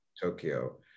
Tokyo